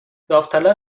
داوطلب